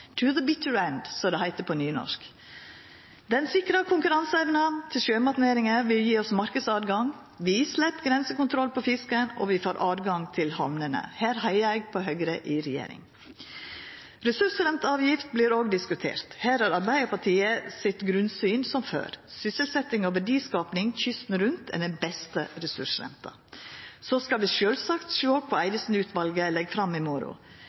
som det heiter på nynorsk. Han sikrar konkurranseevna til sjømatnæringa, han vil gje oss marknadstilgjenge, vi slepp grensekontroll på fisken, og vi får tilgjenge til hamnene. Her heiar eg på Høgre i regjering. Ressursrenteavgifta vert òg diskutert. Her er Arbeidarpartiets grunnsyn som før. Sysselsetjing og verdiskaping kysten rundt er den beste ressursrenta. Så skal vi sjølvsagt sjå på kva Eidesen-utvalet legg fram i morgon.